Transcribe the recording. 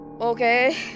Okay